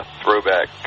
throwback